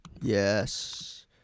Yes